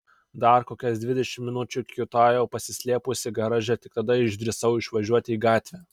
dar kokias dvidešimt minučių kiūtojau pasislėpusi garaže tik tada išdrįsau išvažiuoti į gatvę